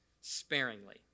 sparingly